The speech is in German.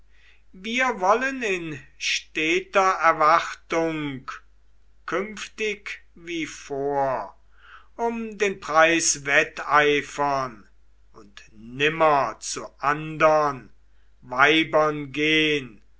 wir wollen in steter erwartung künftig wie vor um den preis wetteifern und nimmer zu andern weibern gehn